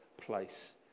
place